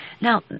Now